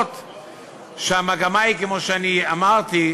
אף שהמגמה היא כמו שאמרתי,